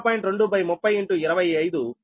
u